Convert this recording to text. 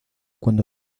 cuando